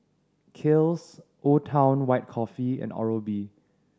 Kiehl's Old Town White Coffee and Oral B